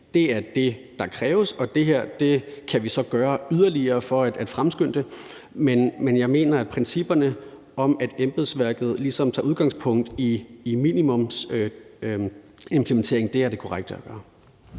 del er det, der kræves, og at det her kan vi så gøre yderligere for at fremskynde det. Men jeg mener, at principperne om, at embedsværket ligesom tager udgangspunkt i minimumsimplementeringen, er det korrekte at gøre.